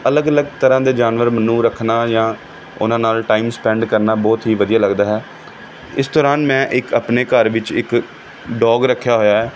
ਅਲੱਗ ਅਲੱਗ ਤਰ੍ਹਾਂ ਦੇ ਜਾਨਵਰ ਮੈਨੂੰ ਰੱਖਣਾ ਜਾਂ ਉਨ੍ਹਾਂ ਨਾਲ ਟਾਈਮ ਸਪੈਂਡ ਕਰਨਾ ਬਹੁਤ ਹੀ ਵਧੀਆ ਲੱਗਦਾ ਹੈ ਇਸ ਦੌਰਾਨ ਮੈਂ ਇੱਕ ਆਪਣੇ ਘਰ ਵਿੱਚ ਇੱਕ ਡੋਗ ਰੱਖਿਆ ਹੋਇਆ ਹੈ